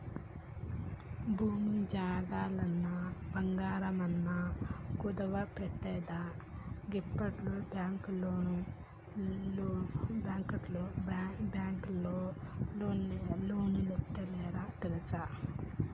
భూమి జాగలన్నా, బంగారమన్నా కుదువబెట్టందే గిప్పట్ల బాంకులోల్లు లోన్లిత్తలేరు తెల్సా